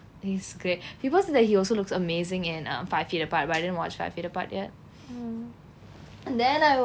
he's great people say he also looks amazing in err five feet apart but I didn't watch five it apart yet and then I